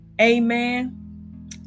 amen